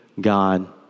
God